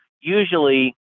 usually